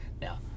now